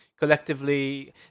Collectively